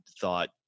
thought